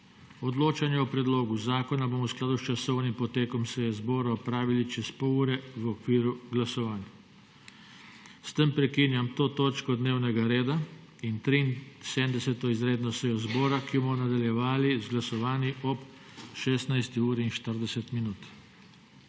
Odločanje o predlogu zakona bomo v skladu s časovnim potekom seje zbora opravili čez pol ure v okviru glasovanj. S tem prekinjam to točko dnevnega reda in 73. izredno sejo zbora, ki jo bomo nadaljevali ob 16.40.